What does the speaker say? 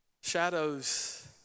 Shadows